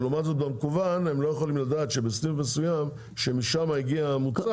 אבל לעומת זאת במקוון הם לא יכולים לדעת שבסניף מסוים שמשם הגיע הבשר.